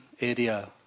area